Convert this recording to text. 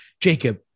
Jacob